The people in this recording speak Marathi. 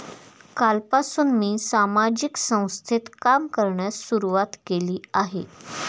कालपासून मी सामाजिक संस्थेत काम करण्यास सुरुवात केली आहे